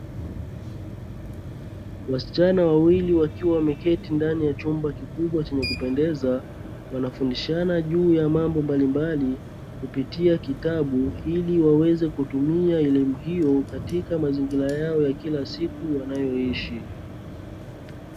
Wasichana wawili wakiwa wameketi ndani ya chumba kikubwa chenye kupendeza. Wanafundishana juu ya mambo mbalimbali kupitia kitabu, ili waweze kutumia ilemu mbio katika mazingira yao ya kila siku wanayoishi.